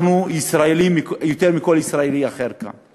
אנחנו ישראלים יותר מכל ישראלי אחר כאן.